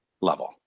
level